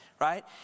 Right